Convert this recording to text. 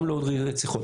גם להוריד רציחות,